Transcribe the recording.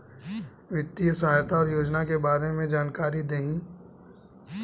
वित्तीय सहायता और योजना के बारे में जानकारी देही?